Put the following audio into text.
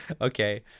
Okay